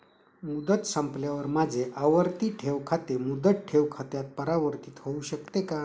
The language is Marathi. मुदत संपल्यावर माझे आवर्ती ठेव खाते मुदत ठेव खात्यात परिवर्तीत होऊ शकते का?